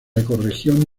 ecorregión